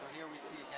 here we see